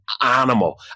animal